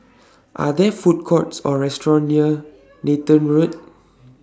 Are There Food Courts Or restaurants near Nathan Road